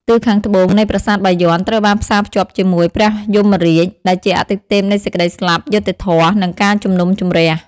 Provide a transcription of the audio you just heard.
ទិសខាងត្បូងនៃប្រាសាទបាយ័ន ត្រូវបានផ្សារភ្ជាប់ជាមួយ ព្រះយមរាជ ដែលជាអាទិទេពនៃសេចក្តីស្លាប់ យុត្តិធម៌ និងការជំនុំជម្រះ។